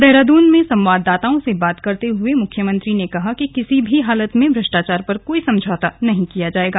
देहरादून में संवाददाताओं से बातचीत करते हुए मुख्यमंत्री ने कहा कि किसी भी हालत में भ्रष्टाचार पर कोई समझौता नहीं किया जायेगा